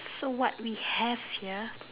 so what we have here